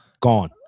gone